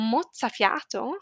Mozzafiato